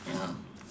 ya